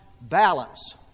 balance